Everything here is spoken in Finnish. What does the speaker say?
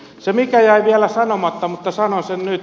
se mikä jäi vielä sanomatta mutta sanon sen nyt